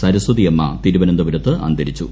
സരസ്വതി അമ്മ തിരുവനന്തപുരത്ത് അന്തരിച്ചു